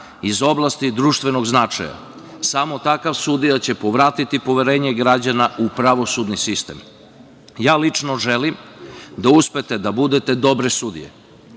iz oblasti društvenog značaja samo takav sudija će povratiti poverenje građana u pravosudni sistem. Ja lično želim da uspete da budete dobre sudije. Mi